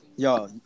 Yo